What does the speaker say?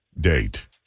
date